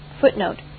Footnote